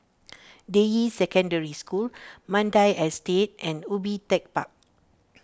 Deyi Secondary School Mandai Estate and Ubi Tech Park